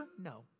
No